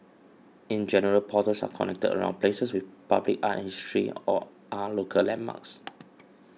in general portals are connected around places with public art and history or are local landmarks